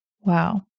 Wow